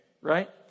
right